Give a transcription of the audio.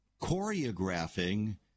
choreographing